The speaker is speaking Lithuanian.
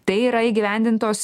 tai yra įgyvendintos